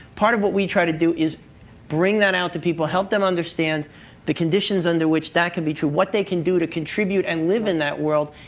part of what we try to do is bring that out to people, help them understand the conditions under which that can be true. what they can do to contribute and live in that world,